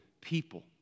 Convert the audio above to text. people